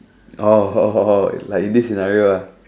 oh like in this scenario ah